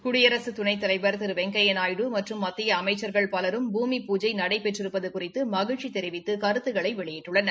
குடியரசு துணைத்தலைவர் திரு வெங்கையா நாயுடு மற்றும் மத்திய அமைச்சிகள் பலரும் பூமி பூஜை நடைபெற்றிருப்பது குறித்து மகிழ்ச்சி தெரிவித்து கருத்துக்களை வெளியிட்டுள்ளனர்